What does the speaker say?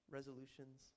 Resolutions